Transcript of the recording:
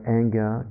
anger